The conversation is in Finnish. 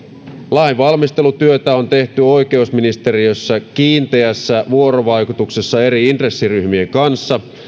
lainvalmistelutyötä on tehty oikeusministeriössä kiinteässä vuorovaikutuksessa eri intressiryhmien kanssa